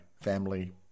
family